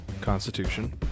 Constitution